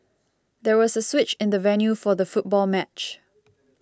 there was a switch in the venue for the football match